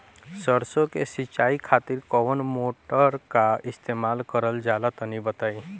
सरसो के सिंचाई खातिर कौन मोटर का इस्तेमाल करल जाला तनि बताई?